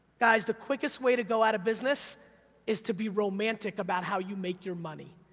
guys, the quickest way to go out of business is to be romantic about how you make your money.